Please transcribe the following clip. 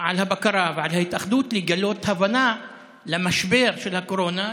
על הבקרה ועל ההתאחדות לגלות הבנה למשבר של הקורונה,